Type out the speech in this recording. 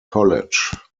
college